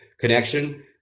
connection